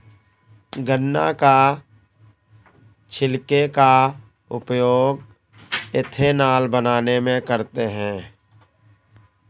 गन्ना के छिलके का उपयोग एथेनॉल बनाने में करते हैं